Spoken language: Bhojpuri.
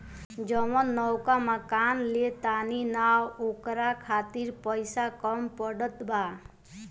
जवन नवका मकान ले तानी न ओकरा खातिर पइसा कम पड़त बा